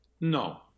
No